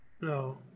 no